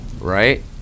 right